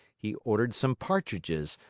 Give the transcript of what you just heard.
he ordered some partridges,